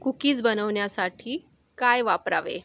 cookies बनवण्यासाठी काय वापरावे